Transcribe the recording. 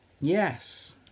Yes